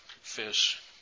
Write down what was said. fish